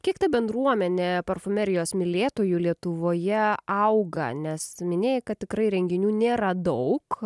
kiek ta bendruomenė parfumerijos mylėtojų lietuvoje auga nes minėjai kad tikrai renginių nėra daug